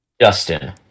Justin